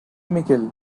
mickle